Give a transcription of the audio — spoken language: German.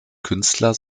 künstler